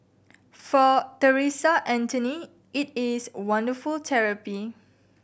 for Theresa Anthony it is wonderful therapy